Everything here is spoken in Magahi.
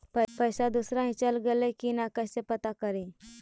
पैसा दुसरा ही चल गेलै की न कैसे पता करि?